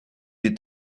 est